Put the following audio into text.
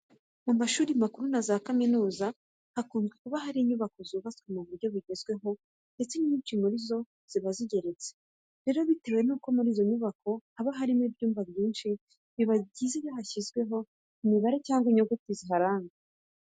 Mu mashuri makuru na za kaminuza hakunze kuba hari inyubako zubatswe ku buryo bugezweho ndetse inyinshi muri zo ziba zigeretse. Rero bitewe nuko muri izo nyubako haba harimo ibyumba byinshi, biba byiza iyo bashyizeho imibare cyangwa se inyuguti ziharanga.